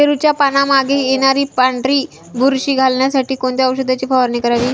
पेरूच्या पानांमागे येणारी पांढरी बुरशी घालवण्यासाठी कोणत्या औषधाची फवारणी करावी?